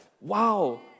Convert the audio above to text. wow